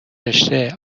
رشته